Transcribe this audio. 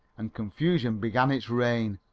and confusion began its reign,